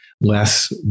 less